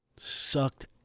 Sucked